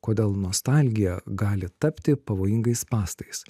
kodėl nostalgija gali tapti pavojingais spąstais